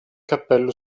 cappello